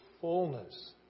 fullness